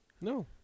No